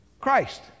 Christ